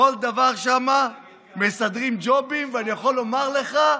לכל דבר שם מסדרים ג'ובים, ואני יכול לומר לך,